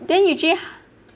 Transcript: then usually